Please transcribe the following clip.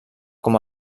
com